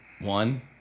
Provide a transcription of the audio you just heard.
One